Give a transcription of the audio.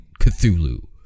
Cthulhu